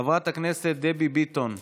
חברת הכנסת דבי ביטון,